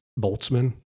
Boltzmann